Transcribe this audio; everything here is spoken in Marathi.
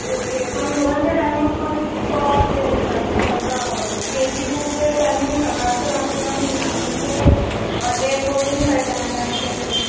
ओके पण दोघांचे टायमिंग्समध्ये खूप चेंज आहे सकाळ के जी टूचे टायमिंग सकाळचे राहतील आणि नाईनचे डे बोर्डिंग पॅटर्न आहे आमच्या इकडे